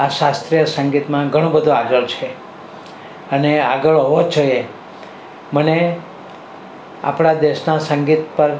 આ શાસ્ત્રીય સંગીતમાં ઘણો બધો આગળ છે અને આગળ હોવો જ જોઈએ મને આપણા દેશનાં સંગીત પર